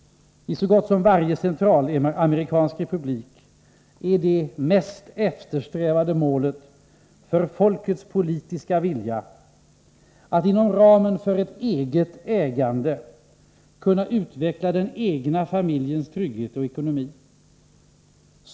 I så gott som varje centralamerikansk republik är det mest eftersträvade målet, uttryckt genom folkets politiska vilja, att inom ramen för det egna ägandet kunna utveckla den egna familjens trygghet och ekonomi.